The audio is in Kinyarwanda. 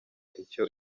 icyo